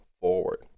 forward